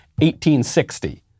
1860